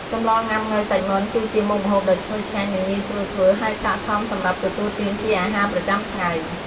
សម្លងុាំង៉ូវសាច់មាន់ គឺជាមុខម្ហូបដ៏ឈ្ងុយឆ្ងាញ់ និងងាយស្រួលធ្វើ ហើយស័ក្តិសមសម្រាប់ទទួលទានជាអាហារប្រចាំថ្ងៃ។